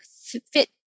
fit